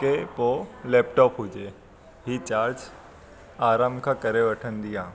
के पोइ लैपटॉप हुजे हीउ चार्ज आराम खां करे वठंदी आहे